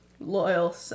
loyal